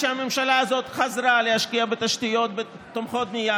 כשהממשלה הזאת חזרה להשקיע בתשתיות תומכות בנייה,